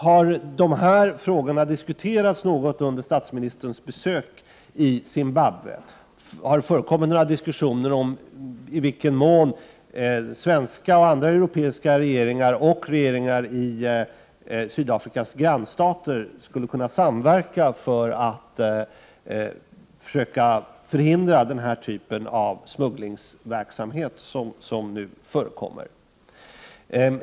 Har dessa frågor diskuterats under statsministerns besök i Zimbabwe? Har det förekommit några diskussioner om i vilken mån svenska och andra europeiska regeringar och regeringar i Sydafrikas grannstater skulle kunna samverka för att försöka förhindra denna typ av smugglingsverksamhet som nu förekommer?